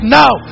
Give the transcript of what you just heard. now